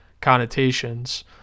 connotations